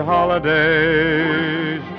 Holidays